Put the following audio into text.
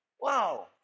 Wow